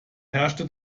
herrschte